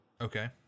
okay